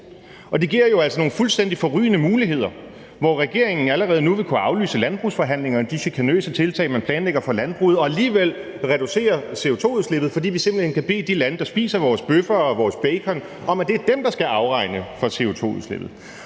Det giver jo altså nogle fuldstændig forrygende muligheder, hvor regeringen allerede nu vil kunne aflyse landbrugsforhandlingerne – de chikanøse tiltag, man planlægger for landbruget – og alligevel reducere CO2-udslippet, fordi vi simpelt hen kan bede de lande, der spiser vores bøffer og vores bacon, om, at det er dem, der skal afregne CO2-udslippet.